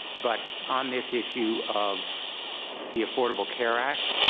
but on this issue of the affordable care act,